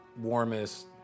warmest